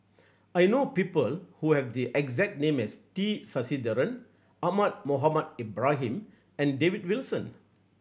I know people who have the exact name as T Sasitharan Ahmad Mohamed Ibrahim and David Wilson